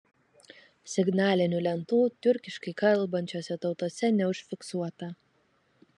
signalinių lentų tiurkiškai kalbančiose tautose neužfiksuota